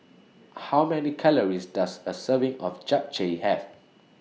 How Many Calories Does A Serving of Japchae Have